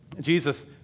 Jesus